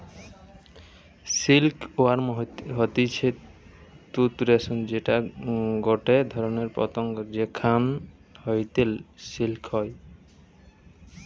silk worm হতিছে তুত রেশম যেটা গটে ধরণের পতঙ্গ যেখান হইতে সিল্ক হয়